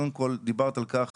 קודם כל דיברת על כך